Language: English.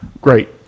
Great